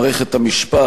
שהיא כל כך גמישה,